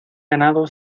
ganado